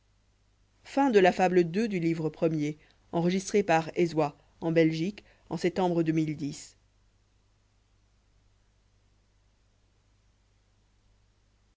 la fable de